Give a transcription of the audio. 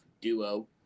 duo